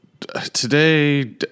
Today